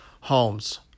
homes